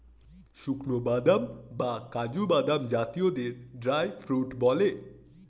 শুকানো কিশমিশ বা কাজু বাদাম জাতীয়দের ড্রাই ফ্রুট বলে